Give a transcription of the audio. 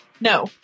No